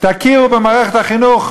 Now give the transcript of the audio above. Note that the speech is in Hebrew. תכירו במערכת החינוך